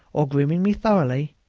or grooming me thoroughly,